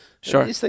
Sure